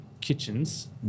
kitchens